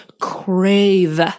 crave